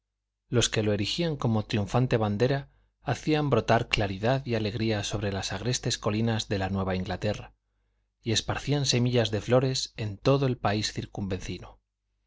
los que lo erigían como triunfante bandera hacían brotar claridad y alegría sobre las agrestes colinas de la nueva inglaterra y esparcían semillas de flores en todo el país circunvecino